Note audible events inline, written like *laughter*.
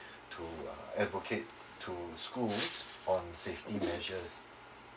*breath* to uh advocate to schools on safety measures